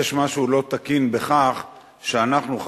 יש משהו לא תקין בכך שאנחנו,